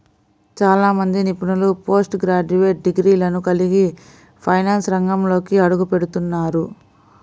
చాలా మంది నిపుణులు పోస్ట్ గ్రాడ్యుయేట్ డిగ్రీలను కలిగి ఫైనాన్స్ రంగంలోకి అడుగుపెడుతున్నారు